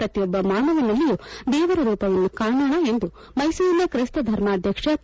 ಪ್ರತಿಯೊಬ್ಬ ಮಾನವನಲ್ಲಿಯೂ ದೇವರ ರೂಪವನ್ನು ಕಾಣೋಣ ಎಂದು ಮೈಸೂರಿನ ತ್ರೈಸ್ತ ಧರ್ಮಾಧ್ಯಕ್ಷ ಕೆ